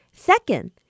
Second